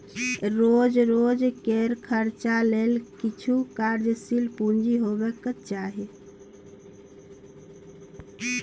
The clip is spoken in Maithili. रोज रोजकेर खर्चा लेल किछु कार्यशील पूंजी हेबाक चाही ने